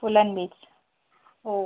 colon बीच हो